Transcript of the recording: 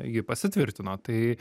ji pasitvirtino tai